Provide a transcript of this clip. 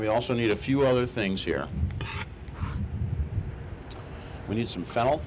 we also need a few other things here we need some f